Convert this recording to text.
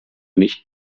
nicht